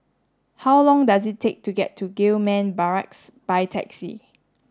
how long does it take to get to Gillman Barracks by taxi